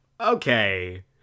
okay